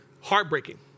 heartbreaking